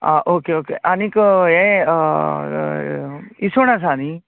आं okay okay आनीक यें इस्वण आसा न्ही